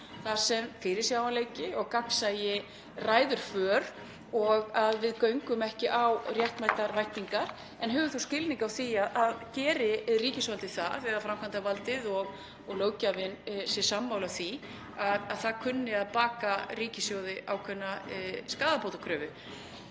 þar sem fyrirsjáanleiki og gagnsæi ræður för. Við göngum ekki á réttmætar væntingar en höfum þó skilning á því að geri ríkisvaldið það eða framkvæmdarvaldið, og löggjafinn er sammála því, þá kunni það að baka ríkissjóði ákveðna skaðabótakröfu.